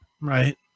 Right